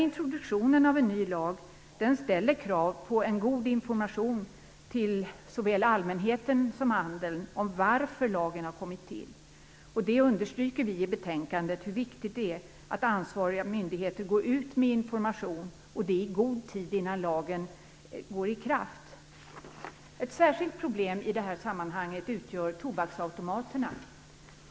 Introduktionen av en ny lag ställer krav på god information till såväl allmänheten som handeln om varför lagen har kommit till. I betänkandet understryker vi hur viktigt det är att ansvariga myndigheter går ut med information, och det i god tid innan lagen träder i kraft. Ett särskilt problem i det här sammanhanget utgör tobaksautomaterna.